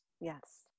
Yes